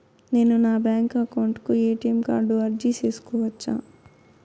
నేను నా bank account కు ఎ.టి.ఎం కార్డు అర్జీ సేసుకోవచ్చా?